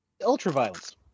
ultra-violence